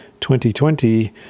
2020